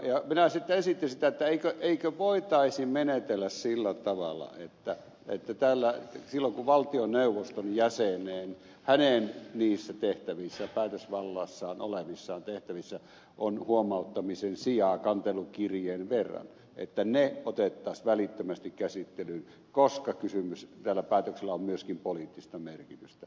ja minä sitten esitin sitä eikö voitaisi menetellä sillä tavalla että täällä silloin kun valtioneuvoston jäsenen niissä tehtävissä hänen päätösvallassaan olevissa tehtävissä on huomauttamisen sijaa kantelukirjeen verran että ne otettaisiin välittömästi käsittelyyn koska tällä päätöksellä on myöskin poliittista merkitystä